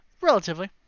relatively